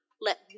Let